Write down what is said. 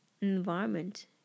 environment